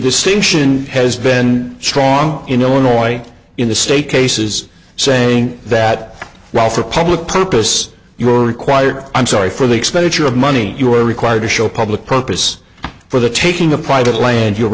distinction has been strong in illinois in the state cases saying that while for public purpose you are required i'm sorry for the expenditure of money you are required to show public purpose for the taking of private land you